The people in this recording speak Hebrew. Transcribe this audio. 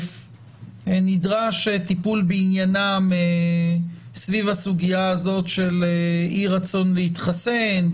נדרש טיפול בעניינם סביב הסוגיה הזאת של אי רצון להתחסן,